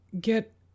get